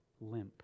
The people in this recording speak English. limp